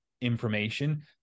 information